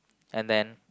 and then